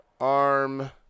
Arm